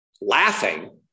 laughing